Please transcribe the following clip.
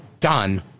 Done